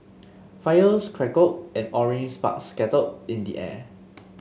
fires crackled and orange sparks scattered in the air